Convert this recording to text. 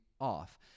off